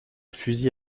fusil